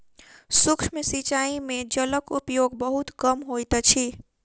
सूक्ष्म सिचाई में जलक उपयोग बहुत कम होइत अछि